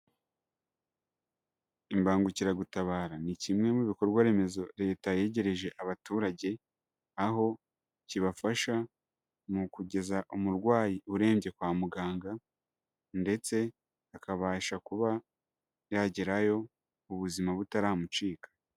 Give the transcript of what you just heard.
Imbangukiragutabara ni kimwe mu bikorwa remezo leta yegereje abaturage, aho kibafasha mu kugeza umurwayi urebye kwa muganga ndetse akabasha kuba yagerayo ubuzima butaramucika.